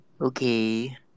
Okay